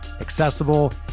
accessible